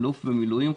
אלוף במילואים,